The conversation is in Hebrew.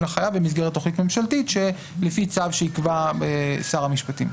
לחייב במסגרת תכנית ממשלתית לפי צו שיקבע שר המשפטים.